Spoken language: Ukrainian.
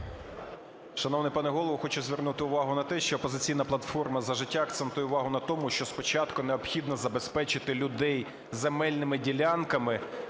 Шановний пане Голово, хочу звернути увагу на те, що "Опозиційна платформа - За життя" акцентує увагу на тому, що спочатку необхідно забезпечити людей земельними ділянками